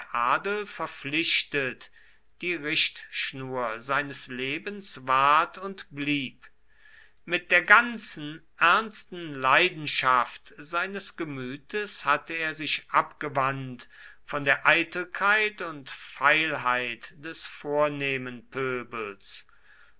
adel verpflichtet die richtschnur seines lebens ward und blieb mit der ganzen ernsten leidenschaft seines gemütes hatte er sich abgewandt von der eitelkeit und feilheit des vornehmen pöbels